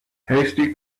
hasty